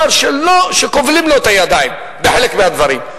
שאמר שכובלים לו את הידיים בחלק מהדברים.